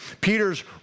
Peter's